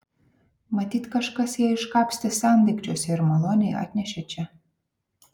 matyt kažkas ją iškapstė sendaikčiuose ir maloniai atnešė čia